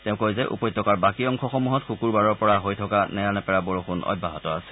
তেওঁ কয় যে উপত্যকাৰ বাকী অংশসমূহত শুকুৰবাৰৰ পৰা হৈ থকা নেৰানেপেৰা বৰষুণ হৈ আছে